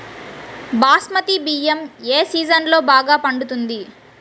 బాస్మతి బియ్యం ఏ సీజన్లో బాగా పండుతుంది?